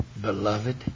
beloved